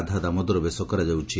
ରାଧାଦାମୋଦର ବେଶ କରାଯାଉଛି